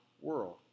world